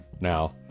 Now